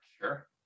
sure